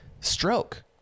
Stroke